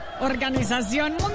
Organización